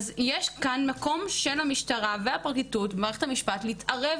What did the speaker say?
אז יש כאן מקום של המשטרה והפרקליטות ומערכת המשפט להתערב